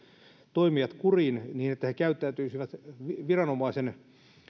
toimijat kuriin niin että he käyttäytyisivät